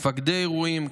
מפקדי אירועים,